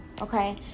okay